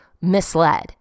misled